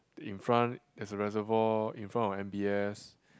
in front there's a reservoir in front of M_b_S